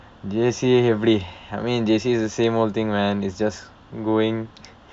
J_C எப்படி:eppadi I mean J_C is the same old thing man it's just going